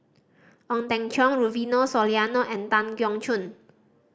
Ong Teng Cheong Rufino Soliano and Tan Keong Choon